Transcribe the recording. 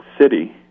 city